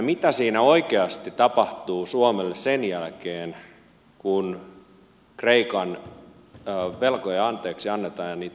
mitä siinä oikeasti tapahtuu suomelle sen jälkeen kun kreikan velkoja anteeksi annetaan ja niitä leikataan